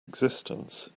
existence